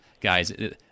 guys